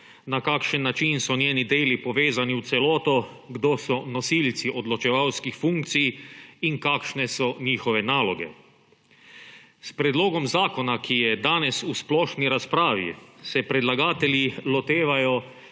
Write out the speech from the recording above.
na kakšen način so njeni deli povezani v celoto, kdo so nosilci odločevalskih funkcij in kakšne so njihove naloge. S predlogom zakona, ki je danes v splošni razpravi, se predlagatelji lotevajo